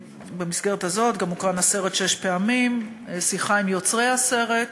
ובמסגרת הזאת גם הוקרן הסרט "שש פעמים" שיחה עם יוצרי הסרט.